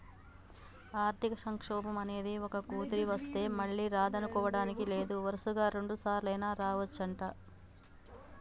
ఆర్థిక సంక్షోభం అనేది ఒక్కతూరి వస్తే మళ్ళీ రాదనుకోడానికి లేదు వరుసగా రెండుసార్లైనా రావచ్చంట